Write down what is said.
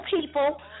people